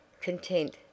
content